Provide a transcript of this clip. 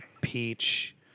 peach